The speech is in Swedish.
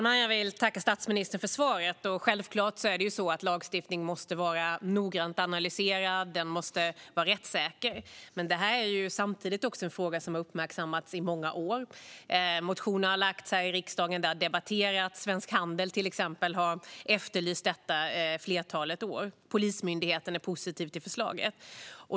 Fru talman! Tack, statsministern, för svaret! Självklart är det så att lagstiftning måste vara noggrant analyserad och rättssäker. Men det här är samtidigt en fråga som har uppmärksammats i många år. Motioner har lagts här i riksdagen, och det har debatterats. Svensk Handel, till exempel, har efterlyst detta i ett flertal år. Polismyndigheten är positiv till förslaget.